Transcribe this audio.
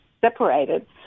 separated